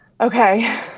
Okay